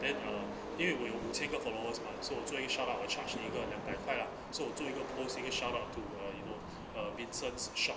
then uh 因为我有五千 followers mah 所以我做一 shout out 我 charge 你一个两百块 ah 我做一个 post 一个 shout to uh you know vincent's shop